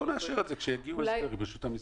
אז בואו נאשר את זה כשיגיעו להסדר עם רשות המיסים.